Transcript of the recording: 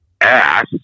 ass